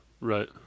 right